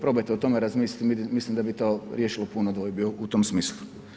Probajte o tome razmisliti, mislim da bi to riješilo puno dvojbe u tom smislu.